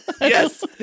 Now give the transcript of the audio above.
Yes